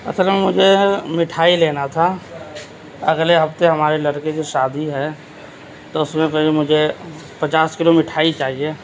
اصل میں مجھے مٹھائی لینا تھا اگلے ہفتے ہمارے لڑکے کی شادی ہے تو اس میں کیونکہ مجھے پچاس کلو مٹھائی چاہیے